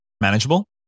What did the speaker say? Manageable